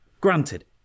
granted